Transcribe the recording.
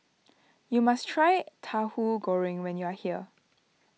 you must try Tahu Goreng when you are here